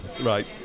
Right